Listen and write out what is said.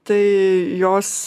tai jos